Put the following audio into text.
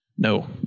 No